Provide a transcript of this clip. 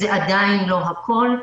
זה עדיין לא הכול.